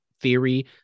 theory